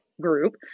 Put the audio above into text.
group